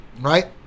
right